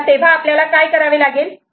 तर आपल्याला काय करावे लागेल